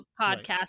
podcast